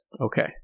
Okay